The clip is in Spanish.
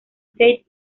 tate